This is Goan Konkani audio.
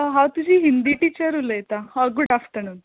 हांव तुजी हिंदी टीचर उलयतां हय गूड आफ्टर्नून